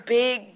big